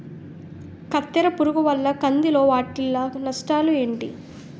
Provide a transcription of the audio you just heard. కత్తెర పురుగు వల్ల కంది లో వాటిల్ల నష్టాలు ఏంటి